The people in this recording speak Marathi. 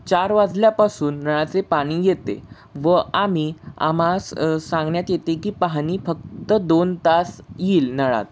चार वाजल्यापासून नळाचे पाणी येते व आम्ही आम्हास सांगण्यात येते की पाहणी फक्त दोन तास येईल नळात